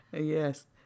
Yes